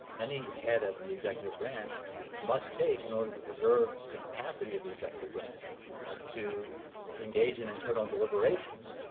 any head of the executive branch must take in order to preserve the capacity of the executive branch ah to engage in internal deliberations,